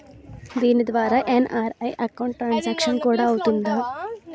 దీని ద్వారా NRI account transaction కూడా అవుతుందా?